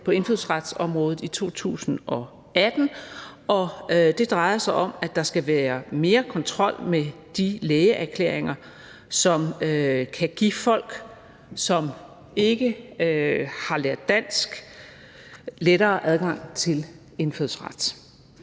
på indfødsretsområdet i 2018, og det drejede sig om, at der skal være mere kontrol med de lægeerklæringer, som kan give folk, som ikke har lært dansk, lettere adgang til indfødsret.